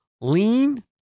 lean